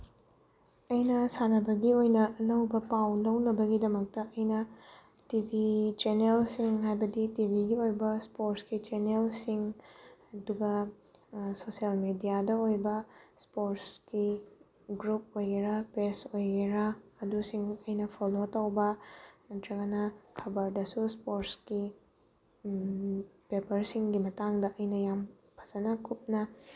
ꯑꯩꯅ ꯁꯥꯟꯅꯕꯒꯤ ꯑꯣꯏꯅ ꯑꯅꯧꯕ ꯄꯥꯎ ꯂꯧꯅꯕꯒꯤꯗꯃꯛꯇ ꯑꯩꯅ ꯇꯤ ꯕꯤ ꯆꯦꯅꯦꯜꯁꯤꯡ ꯍꯥꯏꯕꯗꯤ ꯇꯤꯕꯤꯒꯤ ꯑꯣꯏꯕ ꯏꯁꯄꯣꯔꯠꯁꯀꯤ ꯆꯦꯅꯦꯜꯁꯤꯡ ꯑꯗꯨꯒ ꯁꯣꯁꯤꯌꯦꯜ ꯃꯦꯗꯤꯌꯥꯗ ꯑꯣꯏꯕ ꯏꯁꯄꯣꯔꯠꯁꯀꯤ ꯒ꯭ꯔꯨꯞ ꯑꯣꯏꯒꯦꯔꯥ ꯄꯦꯖ ꯑꯣꯏꯒꯦꯔꯥ ꯑꯗꯨꯁꯤꯡ ꯑꯩꯅ ꯐꯣꯂꯣ ꯇꯧꯕ ꯅꯠꯇ꯭ꯔꯒꯅ ꯈꯕꯔꯗꯁꯨ ꯏꯁꯄꯣꯔꯠꯁꯀꯤ ꯄꯦꯄꯔꯁꯤꯡꯒꯤ ꯃꯇꯥꯡꯗ ꯑꯩꯅ ꯌꯥꯝ ꯐꯖꯅ ꯀꯨꯞꯅ